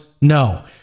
no